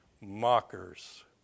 mockers